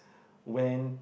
when